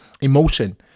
emotion